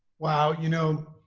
wow. you know.